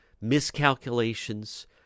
miscalculations